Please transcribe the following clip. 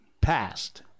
passed